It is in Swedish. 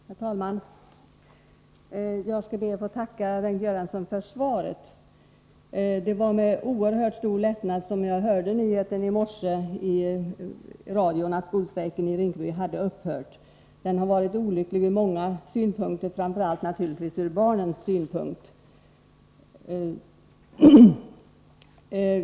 Herr talman! Jag skall be att få tacka Bengt Göransson för svaret. Det var med oerhört stor lättnad jag hörde nyheten i morse i radion att skolstrejken i Rinkeby upphört. Den har varit olycklig ur många synpunkter, framför allt naturligtvis ur barnens synpunkt.